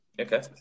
okay